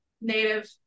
native